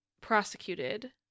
prosecuted